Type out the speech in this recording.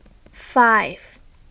five